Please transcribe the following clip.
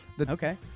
Okay